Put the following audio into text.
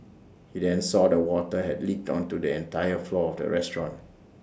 he then saw the water had leaked onto the entire floor of the restaurant